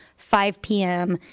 five p m,